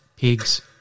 pigs